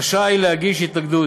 רשאי להגיש התנגדות.